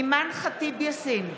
אימאן ח'טיב יאסין,